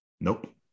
Nope